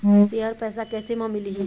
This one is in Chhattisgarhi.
शेयर पैसा कैसे म मिलही?